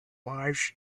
lives